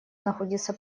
находится